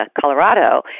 Colorado